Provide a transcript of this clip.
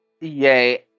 Yay